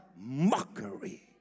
mockery